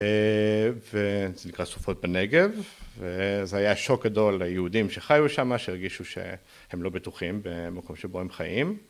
וזה נקרא סופות בנגב וזה היה שוק גדול ליהודים שחיו שמה שהרגישו שהם לא בטוחים במקום שבו הם חיים